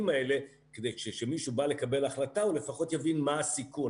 האלה כדי שכשמישהו בא לקבל החלטה הוא לפחות יבין מה הסיכון.